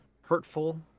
hurtful